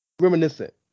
reminiscent